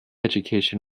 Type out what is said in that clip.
education